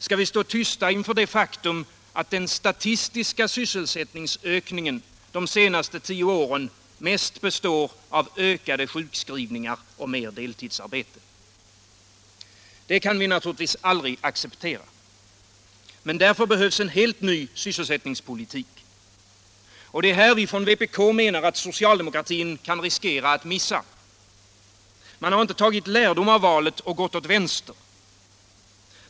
Skall vi stå tysta inför det faktum, att den statistiska sysselsättningsökningen de senaste tio åren mest består av ökade sjukskrivningar och mer deltidsarbete? Det kan vi naturligtvis aldrig acceptera. Men därför behövs en helt ny sysselsättningspolitik. Det är här vi inom vpk menar att socialdemokratin kan riskera att missa. Man har inte tagit lärdom av valet och gått åt vänster.